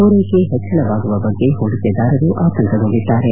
ಪೂರೈಕೆ ಹೆಚ್ಚಳವಾಗುವ ಬಗ್ಗೆ ಹೂಡಿಕೆದಾರರು ಆತಂಕಗೊಂಡಿದ್ದಾರೆ